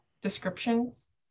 descriptions